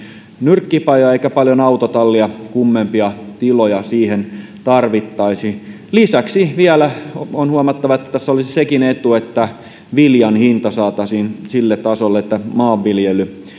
nyrkkipajoja eikä paljon autotallia kummempia tiloja siihen tarvittaisi lisäksi vielä on huomattava että tässä olisi sekin etu että viljan hinta saataisiin sille tasolla että maanviljely